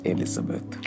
Elizabeth